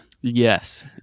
Yes